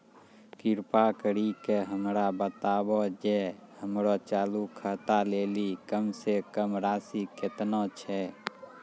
कृपा करि के हमरा बताबो जे हमरो चालू खाता लेली कम से कम राशि केतना छै?